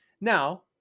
now